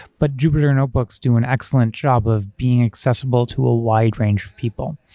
but jupyter notebooks do an excellent job of being accessible to a wide range of people.